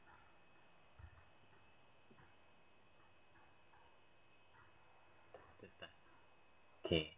okay